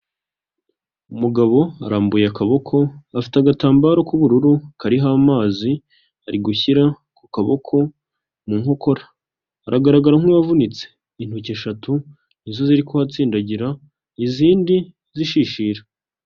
Umugabo arambuye akaboko afite agatambaro k'ubururu kariho amazi ari gushyira ku kaboko mu nkokora, aragaragara nk'uwavunitse, intoki eshatu nizo ziri kuhatsindagira izindi zishishira.